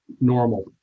normal